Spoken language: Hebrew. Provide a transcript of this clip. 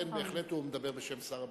לכן, בהחלט הוא מדבר בשם שר הביטחון.